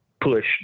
push